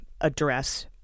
address